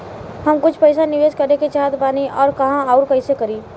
हम कुछ पइसा निवेश करे के चाहत बानी और कहाँअउर कइसे करी?